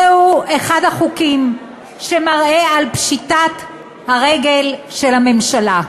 זהו אחד החוקים שמראה את פשיטת הרגל של הממשלה.